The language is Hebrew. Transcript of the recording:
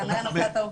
כנראה נפלה טעות.